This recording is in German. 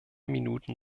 minuten